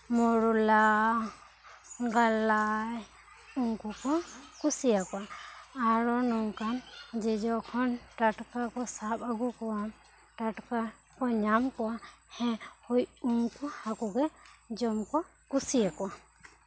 ᱢᱚᱨᱚᱞᱟ ᱜᱟᱞᱟᱭ ᱩᱱᱠᱩ ᱠᱚ ᱠᱩᱥᱤᱭᱟᱠᱚᱣᱟ ᱟᱨᱚ ᱱᱚᱝᱠᱟᱱ ᱡᱚᱡᱚ ᱠᱷᱚᱱ ᱴᱟᱴᱠᱟ ᱠᱚ ᱥᱟᱵ ᱟᱹᱜᱩ ᱠᱚᱣᱟ ᱴᱟᱴᱠᱟ ᱠᱚ ᱧᱟᱢ ᱠᱚᱣᱟ ᱦᱮᱸ ᱦᱳᱭ ᱩᱱᱠᱩ ᱦᱟᱹᱠᱩ ᱜᱤ ᱡᱚᱢ ᱠᱚ ᱠᱩᱥᱤᱭᱟᱠᱚᱣᱟ